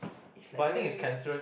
is like really